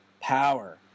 power